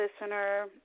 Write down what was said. listener